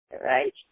right